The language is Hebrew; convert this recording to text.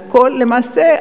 למעשה,